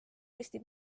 eesti